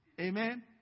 Amen